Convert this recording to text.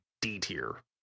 D-tier